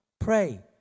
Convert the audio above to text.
Pray